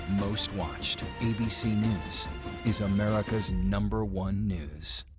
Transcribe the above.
most watched. abc news is america's number one news.